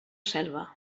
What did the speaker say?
selva